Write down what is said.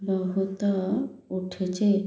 ବହୁତ ଉଠୁଛି